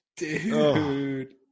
dude